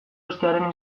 uztearen